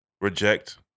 reject